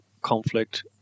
conflict